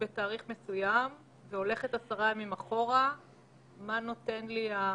בממוצע לכמה זמן אנשים נכנסים לבידוד כתוצאה מזה?